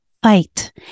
Fight